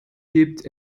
gibt